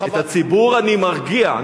את הציבור אני מרגיע.